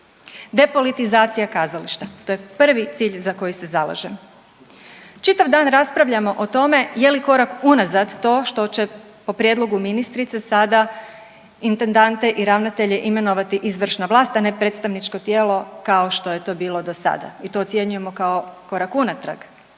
Depolitizacija kazališta, to je prvi cilj za koji se zalažem. Čitav dan raspravljamo o tome je li korak unazad to što će po prijedlogu ministrice sada intendante i ravnatelje imenovati izvršna vlast, a ne predstavničko tijelo kao što je to bilo dosada i to ocjenjujemo kao korak unatrag,